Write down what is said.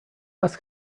must